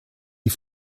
die